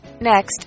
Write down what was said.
Next